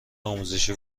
آزمایشی